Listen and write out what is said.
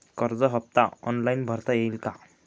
कर्ज हफ्ता ऑनलाईन भरता येईल का?